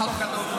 איפה כתוב?